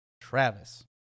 Travis